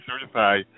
certified